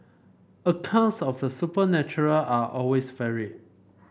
accounts of the supernatural are always varied